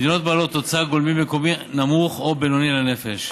מדינות בעלות תוצר גולמי מקומי נמוך או בינוני לנפש,